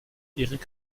erik